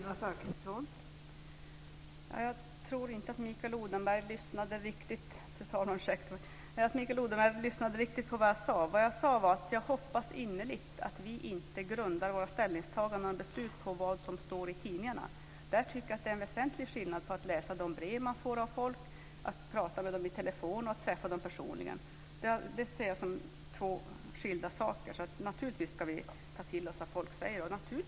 Fru talman! Jag tror inte att Mikael Odenberg lyssnade riktigt på vad jag sade. Jag sade att jag hoppas innerligt att vi inte grundar våra ställningstaganden och beslut på vad som står i tidningarna. Däremot tycker jag att det är väsentligt att läsa de brev man får av folk, att prata med dem i telefon och att träffa dem personligen. Det ser jag som två skilda saker. Vi ska naturligtvis ta till oss vad folk säger.